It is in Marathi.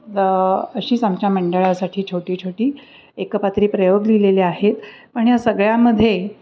द अशीच आमच्या मंडळासाठी छोटी छोटी एकपात्री प्रयोग लिहिलेले आहेत पण या सगळ्यामध्ये